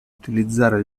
utilizzare